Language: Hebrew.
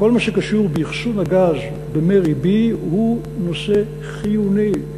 כל מה שקשור באחסון הגז ב"מרי B" הוא נושא חיוני,